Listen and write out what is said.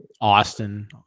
Austin